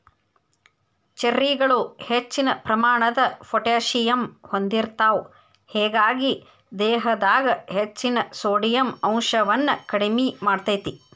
ಚೆರ್ರಿಗಳು ಹೆಚ್ಚಿನ ಪ್ರಮಾಣದ ಪೊಟ್ಯಾಸಿಯಮ್ ಹೊಂದಿರ್ತಾವ, ಹೇಗಾಗಿ ದೇಹದಾಗ ಹೆಚ್ಚಿನ ಸೋಡಿಯಂ ಅಂಶವನ್ನ ಕಡಿಮಿ ಮಾಡ್ತೆತಿ